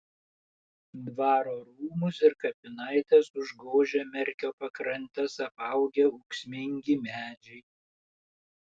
dvaro rūmus ir kapinaites užgožia merkio pakrantes apaugę ūksmingi medžiai